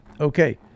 okay